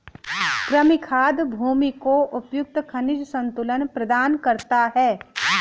कृमि खाद भूमि को उपयुक्त खनिज संतुलन प्रदान करता है